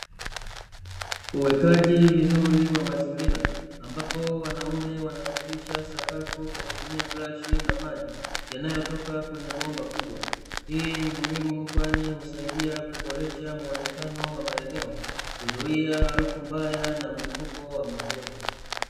Uwekaji vizuri wa mazingira ambapo wanaume wanasafisha sakafu kwa kutumia brashi na maji yanayotoka kwenye bomba kubwa, hii ni muhimu kwani husaidia kuboresha muonekano wa maeneo, kuzuia harufu mbaya na mlipuko wa magonjwa.